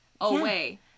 away